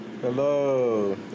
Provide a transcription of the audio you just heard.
Hello